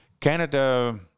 Canada